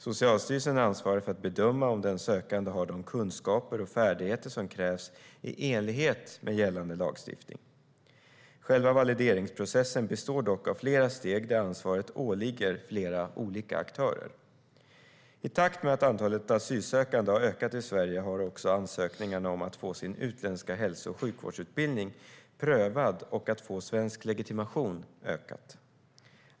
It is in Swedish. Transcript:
Socialstyrelsen ansvarar för att bedöma om den sökande har de kunskaper och färdigheter som krävs i enlighet med gällande lagstiftning. Själva valideringsprocessen består dock av flera steg, där ansvaret åligger flera olika aktörer. I takt med att antalet asylsökande har ökat i Sverige har också ansökningarna om att få sin utländska hälso och sjukvårdsutbildning prövad och att få svensk legitimation ökat.